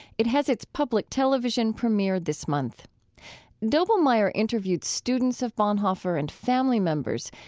it has its public television premiere this month doblmeier interviewed students of bonhoeffer and family members,